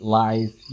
life